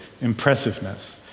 impressiveness